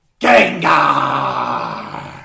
GENGAR